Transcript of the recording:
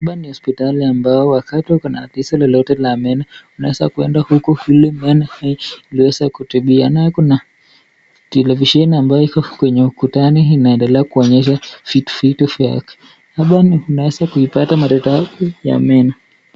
Hapa ni hospitali ambao wakati uko na tatizo lolote la meno unaeza kuenda huku ili meno iweze kutibiwa. Tena kuna televisheni ambayo iko kwenye ukutani na inaendelea kuonyesha vitu vyake. Hapa unaeza kuipata maridadi ya meno.